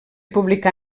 publicà